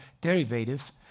derivative